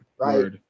right